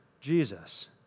Jesus